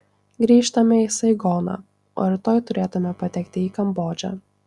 grįžtame į saigoną o rytoj turėtume patekti į kambodžą